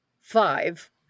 five